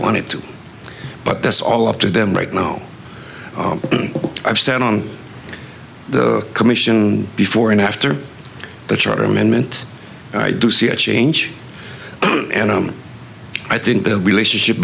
wanted to but that's all up to them right now i've sat on the commission before and after the charter amendment i do see a change and i think the relationship